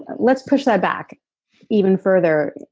let's push that back even further.